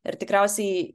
ir tikriausiai